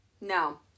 no